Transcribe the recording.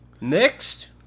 Next